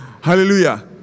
hallelujah